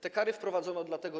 Te kary wprowadzono dlatego.